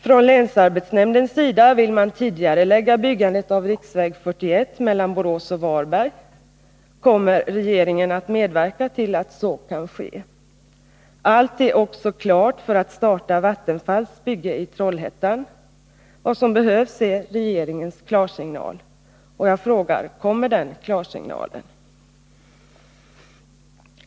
Från länsarbetsnämndens sida vill man tidigarelägga byggandet av riksväg 41 mellan Borås och Varberg. Kommer regeringen att medverka till att så kan ske? Allt är också klart för att starta Vattenfalls bygge i Trollhättan. Vad som behövs är regeringens klarsignal. Och jag frågar: Kommer den klarsignalen?